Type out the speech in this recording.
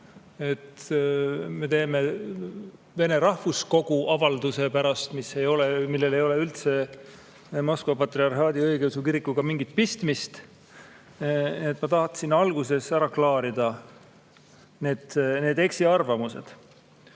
me teeme seda Vene rahvakogu avalduse pärast, millel ei ole üldse Moskva patriarhaadi õigeusu kirikuga mingit pistmist. Ma tahan alguses ära klaarida need eksiarvamused. On